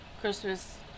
Christmas